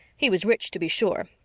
he was rich, to be sure,